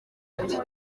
ati